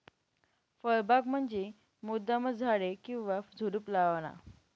फळबाग म्हंजी मुद्दामचं झाडे किंवा झुडुप लावाना